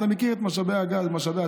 אתה מכיר את משאבי הטבע,